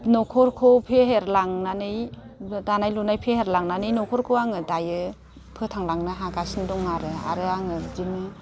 न'खरखौ फेहेरलांनानै दानाय लुनाय फेहेरलांनानै न'खरखौ आङो दायो फोथांलांनो हागासिनो दं आरो आरो आङो बिदिनो